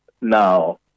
Now